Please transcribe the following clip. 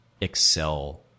Excel